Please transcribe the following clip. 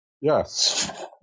Yes